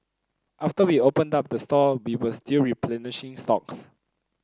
after we opened up the store we were still replenishing stocks